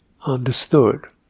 understood